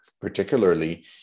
particularly